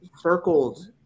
circled